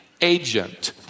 agent